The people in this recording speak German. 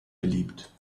beliebt